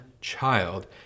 child